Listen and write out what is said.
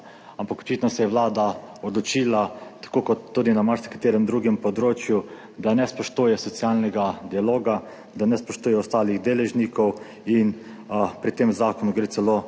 Ampak očitno se je vlada odločila tako, kot tudi na marsikaterem drugem področju, da ne spoštuje socialnega dialoga, da ne spoštuje ostalih deležnikov. Pri tem zakonu gre celo